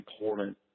important